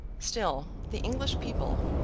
still, the english people,